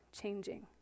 changing